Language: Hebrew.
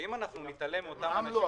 ואם אנחנו נתעלם מאותם אנשים